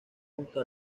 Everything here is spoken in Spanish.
justo